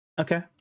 Okay